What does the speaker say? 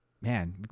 man